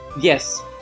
Yes